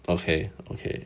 okay okay